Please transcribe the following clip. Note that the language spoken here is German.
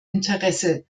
interesse